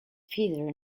feather